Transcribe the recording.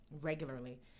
regularly